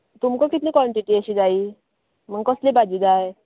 तुमका कितली कोन्टिटी अशी जायी आनी कसली भाजी जाय